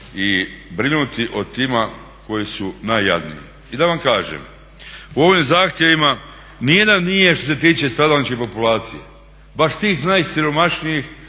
i brinuti o tima koji su najjadniji. I da vam kažem, u ovim zahtjevima ni jedan nije što se tiče stradalničke populacije baš tih najsiromašnijih,